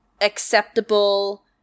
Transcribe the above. acceptable